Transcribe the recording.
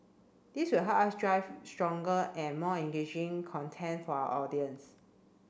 this will help us drive stronger and more engaging content for our audience